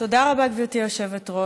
תודה רבה, גברתי היושבת-ראש.